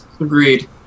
Agreed